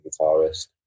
guitarist